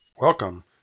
Welcome